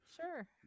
sure